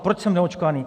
Proč jsem neočkovaný?